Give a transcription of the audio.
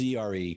CRE